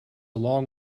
long